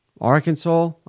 Arkansas